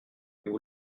vous